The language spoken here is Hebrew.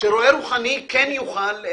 רועה רוחני כן יוכל.